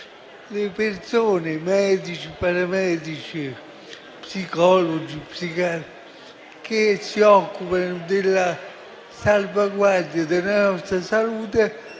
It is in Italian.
le persone (medici, paramedici, psicologi e psichiatri) che si occupano della salvaguardia della nostra salute